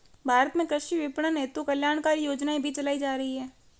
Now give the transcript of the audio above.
भारत में कृषि विपणन हेतु कल्याणकारी योजनाएं भी चलाई जा रही हैं